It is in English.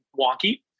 wonky